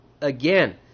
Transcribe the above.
Again